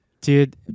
Dude